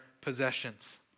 possessions